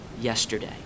yesterday